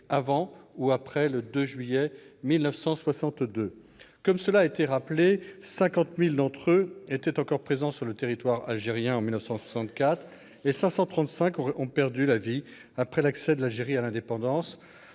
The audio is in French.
avant ou après le 2 juillet 1962. Comme cela a été rappelé, 50 000 d'entre eux étaient encore présents sur le territoire algérien en 1964 et 535 ont perdu la vie après l'accès de l'Algérie à l'indépendance.